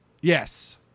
Yes